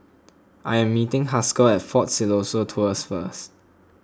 I am meeting Haskell at fort Siloso Tours first